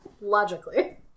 Logically